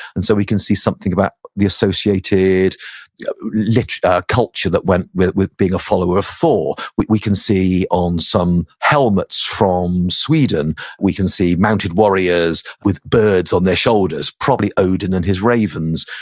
and so we can see something about the associated ah culture that went with with being a follower of thor. we we can see on some helmets from sweden we can see mounted warriors with birds on their shoulders, probably odin and his ravens.